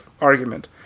argument